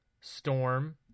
Storm